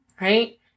right